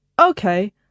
Okay